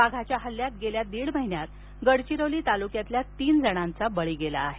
वाघाच्या हल्ल्यात मागील दीड महिन्यात गडचिरोली तालुक्यातील तीन जणांचा बळी गेला आहे